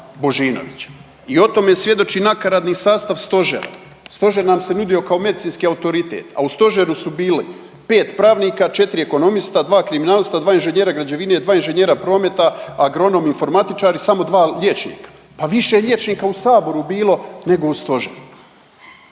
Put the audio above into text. I o tome svjedoči nakaradni sastav Stožera. Stožer nam se nudio kao medicinski autoritet, a u Stožeru su bili 5 pravnika, 4 ekonomista, 2 kriminalista, 2 inženjera građevine, 2 inženjera prometa, agronom, informatičar i samo 2 liječnika. Pa više je liječnika u Saboru bilo nego u Stožeru.